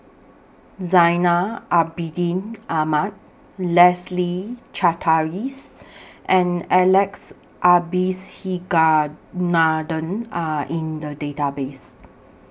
Zainal Abidin Ahmad Leslie Charteris and Alex Abisheganaden Are in The Database